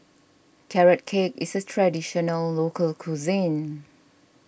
Carrot Cake is a Traditional Local Cuisine